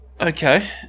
Okay